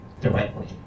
directly